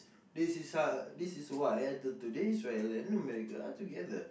this is how this is why until today Israel and America are together